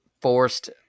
forced